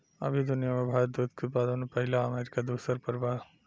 अभी दुनिया में भारत दूध के उत्पादन में पहिला आ अमरीका दूसर पर बा